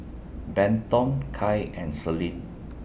Benton Kai and Selene